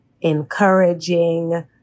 encouraging